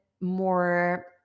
more